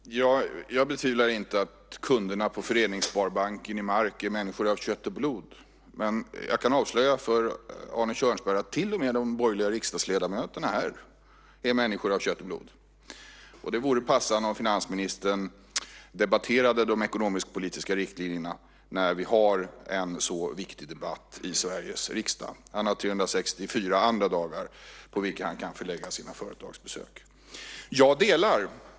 Herr talman! Jag betvivlar inte att kunderna på Föreningssparbanken i Mark är människor av kött och blod. Men jag kan avslöja för Arne Kjörnsberg att till och med de borgerliga riksdagsledamöterna här är människor av kött och blod. Det vore passande om finansministern debatterade de ekonomisk-politiska riktlinjerna när vi har en sådan viktig debatt i Sveriges riksdag. Han har 364 andra dagar på vilka han kan förlägga sina företagsbesök. Herr talman!